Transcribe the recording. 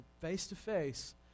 face-to-face